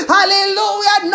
Hallelujah